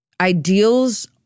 ideals